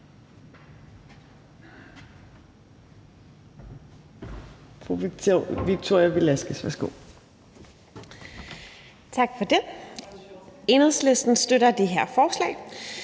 Enhedslisten støtter det her forslag.